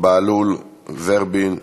בהלול, ורבין,